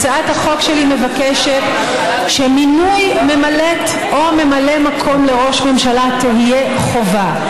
הצעת החוק שלי מבקשת שמינוי ממלאת או ממלא מקום לראש ממשלה יהיה חובה,